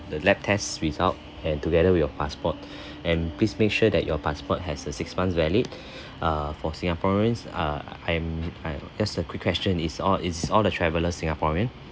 the lab test result and together with your passport and please make sure that your passport has a six months valid err for singaporeans err I'm uh just a quick question is all is all the traveller singaporean